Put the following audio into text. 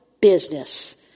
business